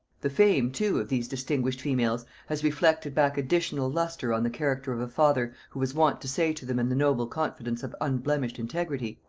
the fame, too, of these distinguished females has reflected back additional lustre on the character of a father, who was wont to say to them in the noble confidence of unblemished integrity,